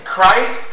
Christ